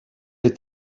est